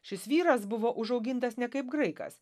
šis vyras buvo užaugintas ne kaip graikas